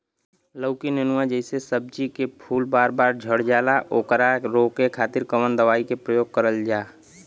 लौकी नेनुआ जैसे सब्जी के फूल बार बार झड़जाला ओकरा रोके खातीर कवन दवाई के प्रयोग करल जा?